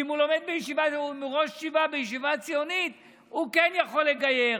ואם הוא לומד בישיבה והוא ראש ישיבה בישיבת ציונית הוא כן יכול לגייר?